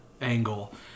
angle